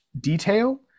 detail